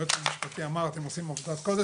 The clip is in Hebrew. הוא אמר אתם עושים עבודת קודש,